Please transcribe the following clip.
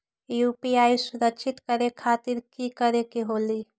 UPI सुरक्षित करे खातिर कि करे के होलि?